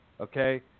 Okay